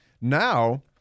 Now